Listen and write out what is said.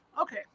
Okay